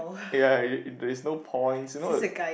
eh ya there is no points you know the